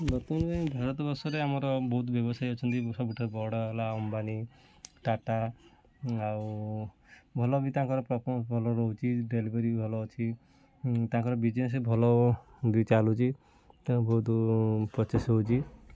ବର୍ତ୍ତମାନ ପାଇଁ ଭାରତ ବର୍ଷରେ ଆମର ବହୁତ ବ୍ୟବସାୟୀ ଅଛନ୍ତି ସବୁଠାରୁ ବଡ଼ ହେଲା ଅମ୍ବାନୀ ଟାଟା ଆଉ ଭଲ ବି ତାଙ୍କର ଭଲ ରହୁଛି ଡେଲିଭରି ଭଲ ଅଛି ତାଙ୍କର ବିଜନେସ୍ ଭଲ ବି ଚାଲୁଛି ତାଙ୍କର ବହୁତ ପରଚେଜ୍ ହେଉଛି